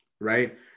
Right